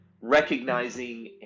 recognizing